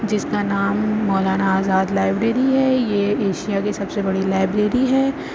جس کا نام مولانا آزاد لائبری ہے یہ ایشاء کی سب سے بڑی لائبری ہے